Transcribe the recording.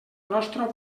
nostra